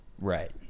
Right